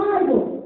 Bible